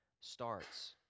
starts